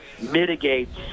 mitigates